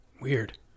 Weird